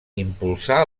impulsà